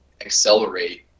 accelerate